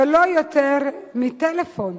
בלא יותר מטלפון,